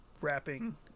wrapping